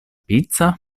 pizza